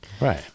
right